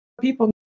people